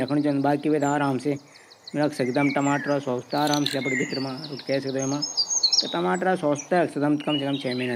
कई महीनो तक चलै सकदा।